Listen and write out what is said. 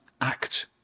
act